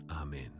Amen